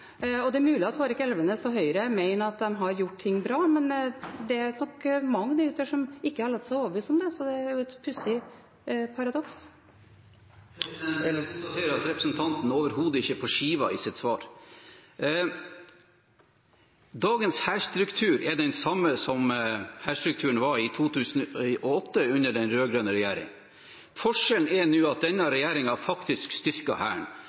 Det er mulig at Hårek Elvenes og Høyre mener at de har gjort ting bra, men det er nok mange der ute som ikke har latt seg overbevise om det, så det er et pussig paradoks. Jeg konstaterer at representanten overhodet ikke er «på skiva» i sitt svar. Dagens hærstruktur er den samme hærstrukturen som var i 2008, under den rød-grønne regjering. Forskjellen er nå at denne regjeringen faktisk styrker Hæren.